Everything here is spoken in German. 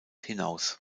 hinaus